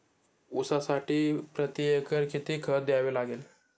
ऊसासाठी प्रतिएकर किती खत द्यावे लागेल?